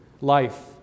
Life